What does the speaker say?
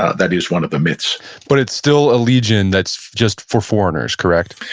ah that is one of the myths but it's still a legion that's just for foreigners, correct?